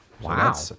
Wow